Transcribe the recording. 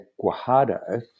Guajardo